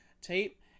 tape